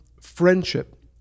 friendship